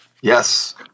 Yes